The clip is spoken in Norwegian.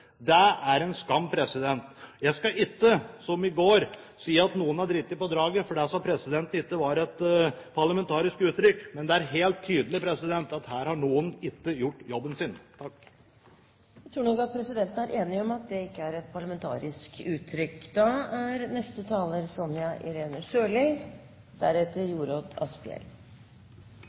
Det er en skam. Jeg skal ikke, som i går, si at noen har driti på draget, for det sa presidenten at ikke var et parlamentarisk uttrykk. Men det er helt tydelig at her er det noen som ikke har gjort jobben sin. Jeg tror nok at presidenten er enig i at det ikke er et parlamentarisk uttrykk.